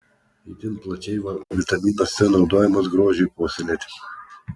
itin plačiai vitaminas c naudojamas grožiui puoselėti